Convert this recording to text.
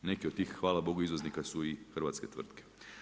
Neki od tih hvala Bogu izvoznika su i hrvatske tvrtke.